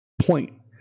point